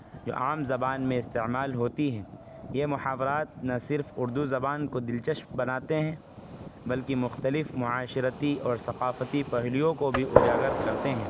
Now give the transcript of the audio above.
جو عام زبان میں استعمال ہوتی ہیں یہ محاورات نہ صرف اردو زبان کو دلچسپ بناتے ہیں بلکہ مختلف معاشرتی اور ثقافتی پہلوؤں کو بھی اجاگر کرتے ہیں